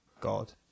God